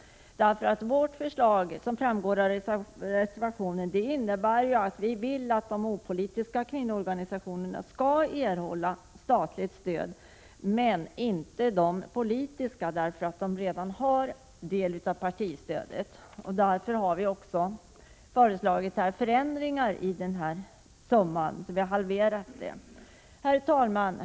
Som framgår av reservationen innebär vårt förslag att de opolitiska kvinnoorganisationerna skall erhålla statligt stöd men inte de politiska, därför att de redan har del av partistödet. Därför har vi moderater föreslagit en halvering av bidraget. Herr talman!